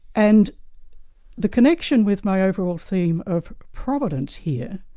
and the connection with my overall theme of providence here,